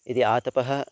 यदि आतपः